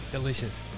Delicious